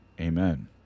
amen